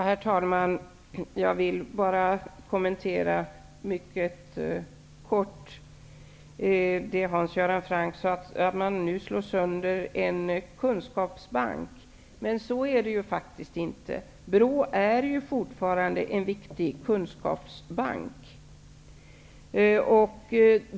Herr talman! Jag vill bara mycket kort kommentera det Hans Göran Franck sade om att man nu slår sönder en kunskapsbank. Men så är det ju faktiskt inte. BRÅ är fortfarande en viktig kunskapsbank.